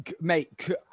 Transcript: Mate